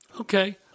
Okay